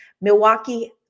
Milwaukee